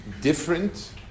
different